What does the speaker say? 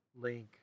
Link